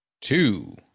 two